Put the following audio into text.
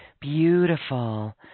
Beautiful